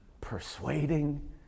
persuading